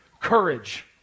courage